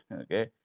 Okay